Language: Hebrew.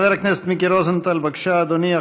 חבר הכנסת מיקי רוזנטל, בבקשה, אדוני.